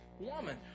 woman